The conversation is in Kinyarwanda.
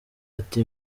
ati